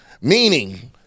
meaning